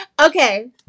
Okay